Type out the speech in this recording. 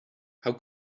how